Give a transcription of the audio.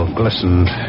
glistened